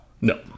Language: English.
No